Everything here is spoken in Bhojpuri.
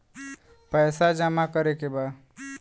पैसा जमा करे के बा?